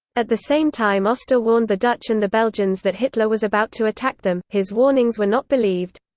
at the same time oster warned the dutch and the belgians that hitler was about to attack them his warnings were not believed.